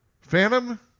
Phantom